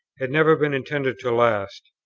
had never been intended to last,